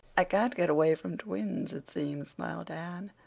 i can't get away from twins, it seems, smiled anne.